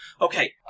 Okay